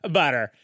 butter